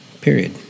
Period